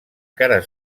cara